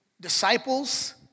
disciples